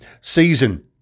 season